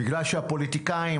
בגלל שהפוליטיקאים,